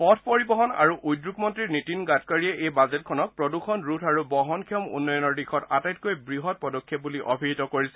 পথ পৰিবহণ আৰু উদ্যোগ মন্ত্ৰী নীতিন গাডকাৰীয়ে এই বাজেটখনক প্ৰদুষণ ৰোধ আৰু বহনক্ষম উন্নয়নৰ দিশত আটাইতকৈ বৃহৎ পদক্ষেপ বুলি অভিহিত কৰিছে